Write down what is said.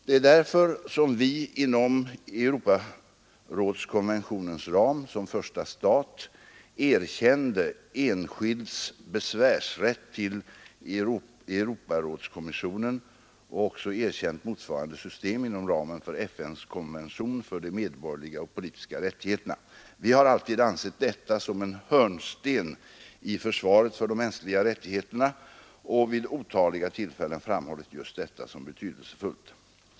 Det är därför som vi inom Europarådskonventionens ram — som första stat — erkände enskilds besvärsrätt till Europarådskommissionen och också erkänt motsvarande system inom ramen för FN:s konvention för de medborgerliga och politiska rättigheterna. Vi har alltid ansett detta som en hörnsten i försvaret för de mänskliga rättigheterna och vid otaliga tillfällen framhållit just detta som betydelsefullt.